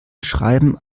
schreiben